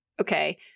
Okay